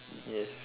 yes